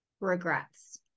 regrets